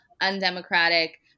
undemocratic